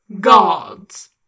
gods